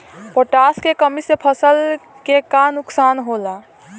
Potash के कमी से फसल के का नुकसान होला?